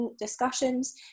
discussions